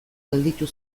gelditu